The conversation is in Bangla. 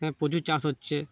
হ্যাঁ প্রচুর চাষ হচ্ছে